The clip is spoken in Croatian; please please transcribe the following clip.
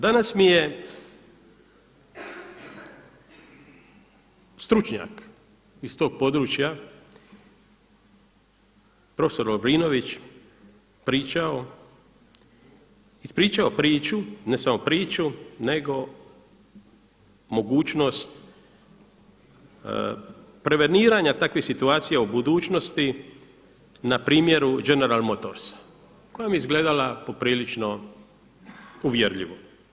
Danas mi je stručnjak iz tog područja prof. Lovrinović, pričao, ispričao priču, ne samo priču nego mogućnost preveniranja takvih situacija u budućnosti na primjeru General motorsa koja mi je izgledala poprilično uvjerljivo.